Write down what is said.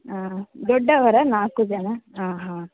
ಹಾಂ ದೊಡ್ಡವರಾ ನಾಲ್ಕು ಜನಾ ಹಾಂ ಹಾಂ